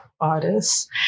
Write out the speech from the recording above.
artists